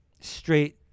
straight